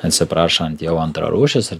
atsiprašant jau antrarūšis ar